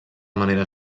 manera